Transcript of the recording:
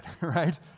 right